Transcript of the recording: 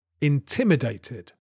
intimidated